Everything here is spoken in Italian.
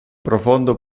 profondo